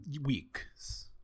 weeks